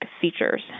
features